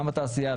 גם בתעשייה,